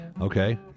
Okay